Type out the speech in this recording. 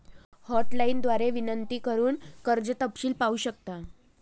hotline द्वारे विनंती करून कर्ज तपशील पाहू शकता